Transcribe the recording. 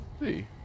see